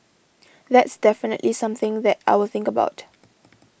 that's definitely something that I will think about